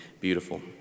beautiful